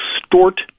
distort